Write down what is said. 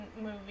movie